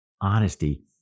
Honesty